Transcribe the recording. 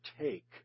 take